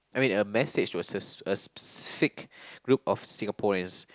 I mean a message versus a specific group of Singaporeans